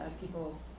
People